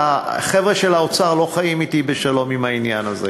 החבר'ה של האוצר לא חיים אתי בשלום עם העניין הזה.